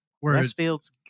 Westfield's